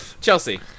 Chelsea